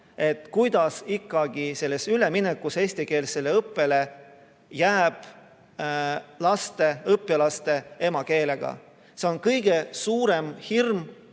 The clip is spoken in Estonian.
kuidas ikkagi üleminekus eestikeelsele õppele jääb õpilaste emakeelega. See on kõige suurem hirm,